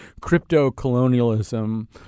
crypto-colonialism